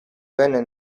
venne